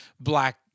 black